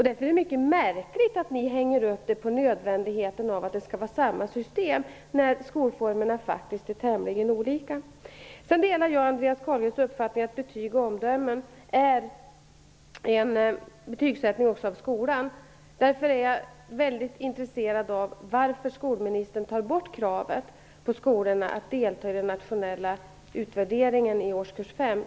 Därför är det mycket märkligt att ni hänger upp er på nödvändigheten att det skall vara samma system, när skolformerna faktiskt är tämligen olika. Jag delar Andreas Carlgrens uppfattning att betyg och omdömen är en betygssättning också av skolan. Därför är jag mycket intresserad av varför skolministern tar bort kravet på skolorna att delta i den nationella utvärderingen i årskurs 5.